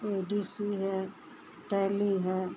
ए D C है tally है